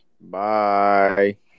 Bye